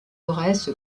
aurès